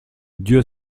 dieu